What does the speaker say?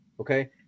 Okay